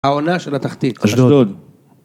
‫העונה של התחתית ‫-אשדוד.